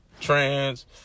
trans